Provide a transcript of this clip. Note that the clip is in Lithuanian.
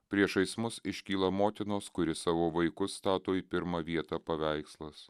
priešais mus iškyla motinos kuri savo vaikus stato į pirmą vietą paveikslas